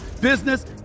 business